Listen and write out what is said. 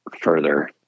further